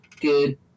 good